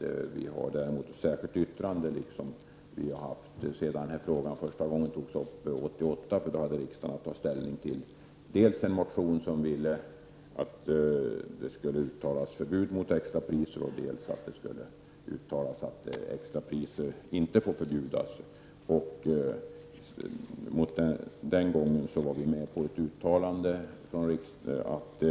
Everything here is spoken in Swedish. Däremot har vi lagt ett särskilt yttrande, vilket vi gjort alltsedan denna fråga första gången diskuterades 1988. Då hade riksdagen att ta ställning till motioner som dels ville ha förbud mot extrapriser, dels inte ville ha något sådant förbud. Den gången var vi med på ett uttalande om att